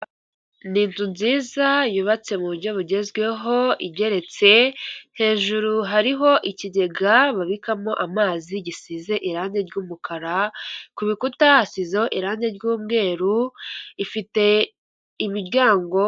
Ni inzu nziza yubatse mu buryo bugezweho igeretse, hejuru hariho ikigega babikamo amazi gisize irangi ry'umukara, ku bikuta hasizeho irangi ry'umweru, ifite imiryango